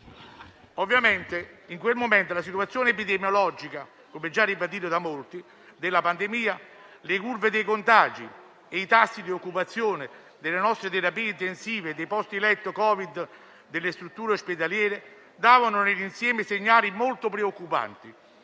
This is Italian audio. Ovviamente, in quel momento la situazione epidemiologica della pandemia - come già ribadito da molti - le curve dei contagi e i tassi di occupazione delle nostre terapie intensive e dei posti letto Covid-19 nelle strutture ospedaliere davano, nell'insieme, segnali molto preoccupanti